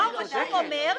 מה הבעיה?